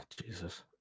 Jesus